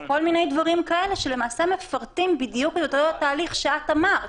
כל מיני דברים כאלה שלמעשה מפרטים בדיוק את אותו תהליך שאת אמרת.